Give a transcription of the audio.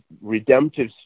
redemptive